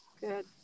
Good